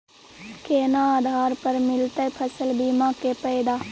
केना आधार पर मिलतै फसल बीमा के फैदा?